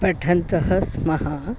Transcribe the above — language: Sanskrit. पठन्तः स्मः